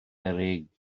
cerrig